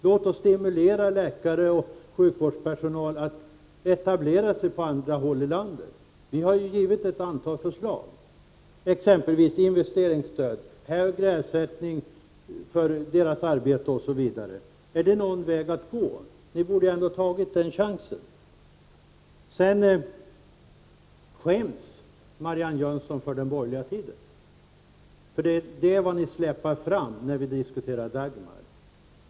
Låt oss stimulera läkare och annan sjukvårdspersonal att etablera sig på andra håll i landet! Vi har ju framfört ett antal förslag, exempelvis om investeringsstöd, högre ersättning för personalens arbete osv. Innebär det någon väg att gå? Ni borde ändå ha tagit den chansen. Sedan skäms Marianne Jönsson för den borgerliga tiden — för det är vad ni släpar fram när vi diskuterar Dagmar.